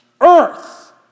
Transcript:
Earth